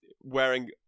wearing